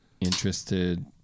interested